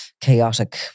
chaotic